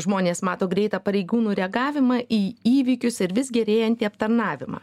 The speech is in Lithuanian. žmonės mato greitą pareigūnų reagavimą į įvykius ir vis gerėjantį aptarnavimą